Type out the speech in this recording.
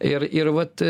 ir ir vat